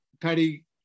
Paddy